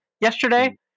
yesterday